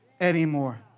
anymore